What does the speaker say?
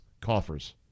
coffers